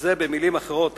שזה במלים אחרות הפקעות,